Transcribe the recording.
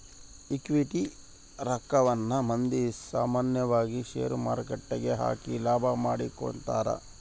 equity ರಕ್ಕವನ್ನ ಮಂದಿ ಸಾಮಾನ್ಯವಾಗಿ ಷೇರುಮಾರುಕಟ್ಟೆಗ ಹಾಕಿ ಲಾಭ ಮಾಡಿಕೊಂತರ